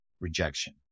rejection